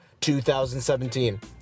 2017